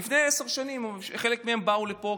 לפני עשר שנים חלק מהם באו לפה,